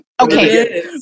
Okay